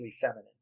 feminine